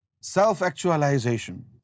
Self-actualization